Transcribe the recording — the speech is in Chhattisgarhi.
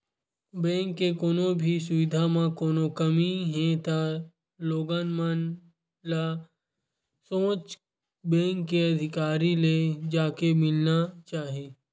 बेंक के कोनो भी सुबिधा म कोनो कमी हे त लोगन ल सोझ बेंक के अधिकारी ले जाके मिलना चाही